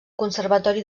conservatori